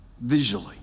visually